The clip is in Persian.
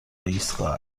ایستگاه